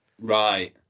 right